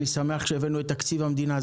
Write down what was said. אני שמח שהבאנו את תקציב המדינה,